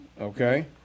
Okay